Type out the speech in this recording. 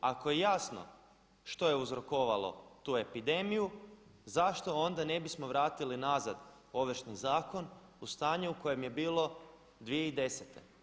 Ako je jasno što je uzrokovalo tu epidemiju zašto onda ne bismo vratili nazad Ovršni zakon u stanje u kojem je bilo 2010.